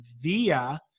via